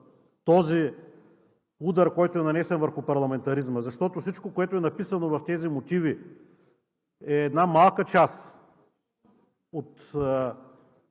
този удар, който е нанесен върху парламентаризма. Защото всичко, което е написано в тези мотиви, е една малка част от